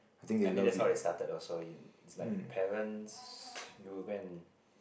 I think that's how they started also it's like parents you will go and